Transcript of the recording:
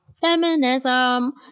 feminism